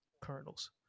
kernels